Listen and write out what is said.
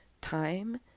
Time